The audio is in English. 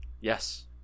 Yes